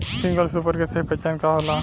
Single super के सही पहचान का होला?